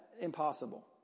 impossible